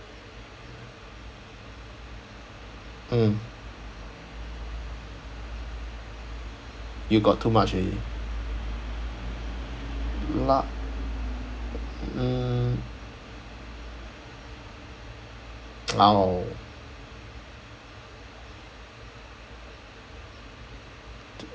mm you got too much already luck um !walao!